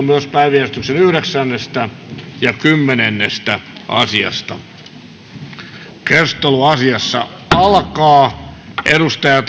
myös päiväjärjestyksen yhdeksäs ja kymmenennestä asiasta keskustelu asiasta alkaa edustaja